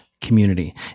community